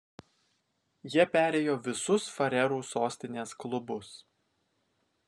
jie perėjo visus farerų sostinės klubus